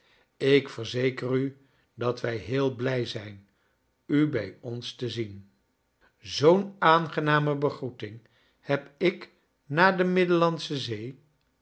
ik verzeker u dat wij heel blij zijn u bij ons te zien zoo'n aangename begroeting heb ik na de middellandsche zee